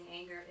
anger